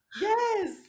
Yes